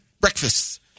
breakfast